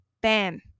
Bam